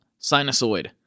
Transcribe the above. Sinusoid